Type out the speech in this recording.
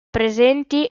presenti